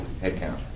headcount